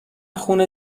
خون